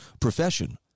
profession